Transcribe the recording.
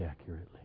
accurately